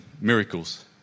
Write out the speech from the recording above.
miracles